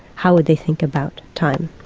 how would they think about time?